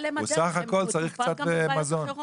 הוא בסך הכול צריך קצת מזון.